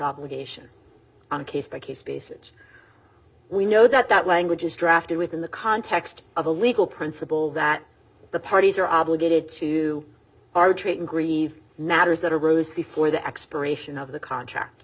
obligation on a case by case basis we know that that language is drafted within the context of a legal principle that the parties are obligated to arbitrate in green matters that arose before the expiration of the contract